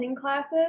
classes